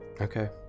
Okay